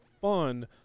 fun